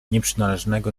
nieprzynależnego